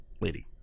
Lady